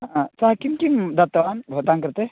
आम् सः किं किं दत्तवान् भवतां कृते